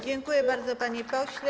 Dziękuję bardzo, panie pośle.